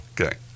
Okay